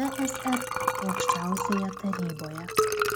tsr aukščiausioje taryboje